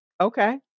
Okay